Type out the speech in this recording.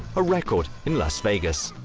a record in las vegas!